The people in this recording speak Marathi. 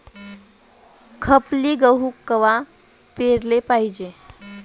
खपली गहू कवा पेराले पायजे?